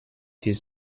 his